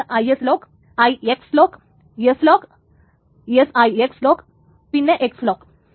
അതായത് IS lock IX lock ട lock SIX lock പിന്നെ X ലോക്ക്